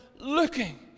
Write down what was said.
looking